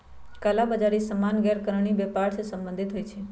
कला बजारि सामान्य गैरकानूनी व्यापर से सम्बंधित होइ छइ